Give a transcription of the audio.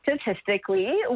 statistically